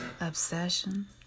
obsession